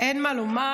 אין מה לומר.